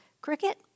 Cricket